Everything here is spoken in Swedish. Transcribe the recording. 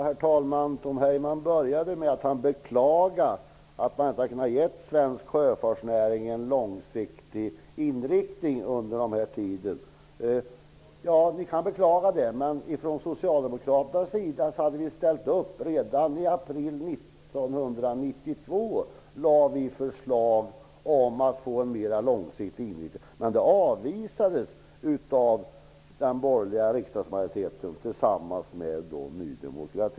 Herr talman! Tom Heyman började med att beklaga att man inte har kunnat ge svensk sjöfartsnäring en långsiktig inriktning under den här tiden. Ja, ni kan beklaga det, men ifrån Socialdemokraternas sida har vi ställt upp. Redan i april 1992 lade vi fram ett förslag om en mera långsiktig inriktning. Men det avvisades av den borgerliga riksdagsmajoriteten och Ny demokrati.